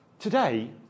Today